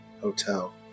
hotel